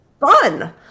fun